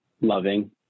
loving